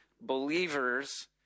believers